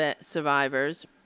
survivors